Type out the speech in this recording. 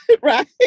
right